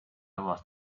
was